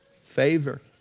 favor